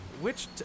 Which-